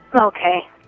Okay